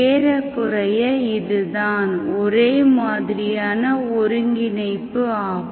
ஏறக்குறைய இதுதான் ஒரே மாதிரியான ஒருங்கிணைப்பு ஆகும்